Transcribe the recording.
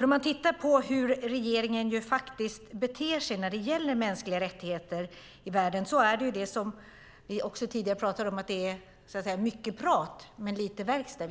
Om man tittar på hur regeringen faktiskt beter sig när det gäller mänskliga rättigheter i världen kan man se att det ju är, som vi också tidigare pratade om, mycket prat men lite verkstad.